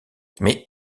mais